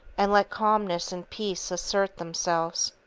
and let calmness and peace assert themselves.